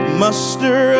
muster